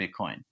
Bitcoin